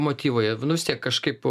motyvai jie nu vis tiek kažkaip